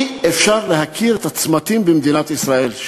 אי-אפשר להכיר את הצמתים במדינת ישראל,